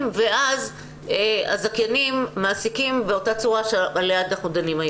ואז הזכיינים מעסיקים באותה צורה שעליה אנחנו דנים היום.